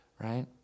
right